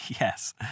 Yes